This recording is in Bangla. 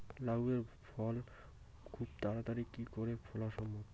লাউ এর ফল খুব তাড়াতাড়ি কি করে ফলা সম্ভব?